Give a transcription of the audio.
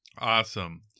Awesome